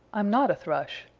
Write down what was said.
i'm not a thrush.